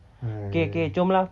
!hais!